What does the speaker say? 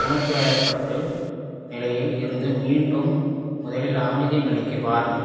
உணர்ச்சி வசபட்டு நிலையில் இருந்து மீண்டும் முதலில் அமைதி நிலைக்கு வாருங்கள்